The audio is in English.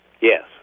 Yes